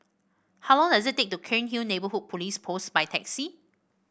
how long does it take to Cairnhill Neighbourhood Police Post by taxi